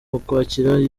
ukwakira